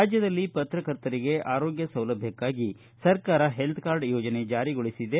ರಾಜ್ಯದಲ್ಲಿ ಪ್ರತಕರ್ತರಿಗೆ ಆರೋಗ್ಯ ಸೌಲಭ್ವಕಾಗಿ ಸರ್ಕಾರ ಹೆಲ್ತ್ ಕಾರ್ಡ್ ಯೋಜನೆ ಜಾರಿಗೊಳಿಸಿದೆ